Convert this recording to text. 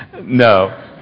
No